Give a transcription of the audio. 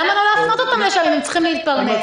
למה לא להפנות אותם לשם, אם הם צריכים להתפרנס?